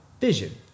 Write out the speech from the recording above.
Vision